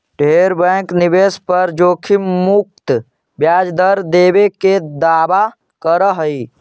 ढेर बैंक निवेश पर जोखिम मुक्त ब्याज दर देबे के दावा कर हई